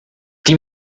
die